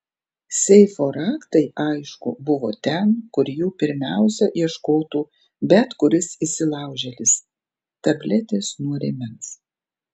seifo raktai aišku buvo ten kur jų pirmiausia ieškotų bet kuris įsilaužėlis tabletės nuo rėmens